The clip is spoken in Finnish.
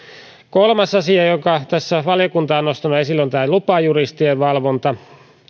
kolmas asia jonka valiokunta on nostanut esille on lupajuristien valvonta